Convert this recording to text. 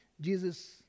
Jesus